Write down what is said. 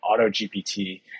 AutoGPT